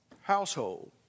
household